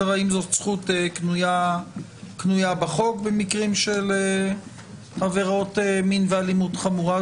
האם זאת זכות קנויה בחוק במקרים של עבירות מין ואלימות חמורה.